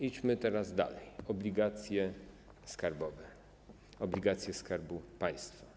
Idźmy teraz dalej: obligacje skarbowe, obligacje Skarbu Państwa.